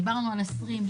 דיברנו על 20 שנים,